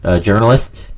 Journalist